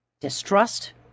distrust